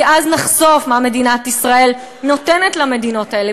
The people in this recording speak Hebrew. כי אז נחשוף מה מדינת ישראל נותנת למדינות האלה,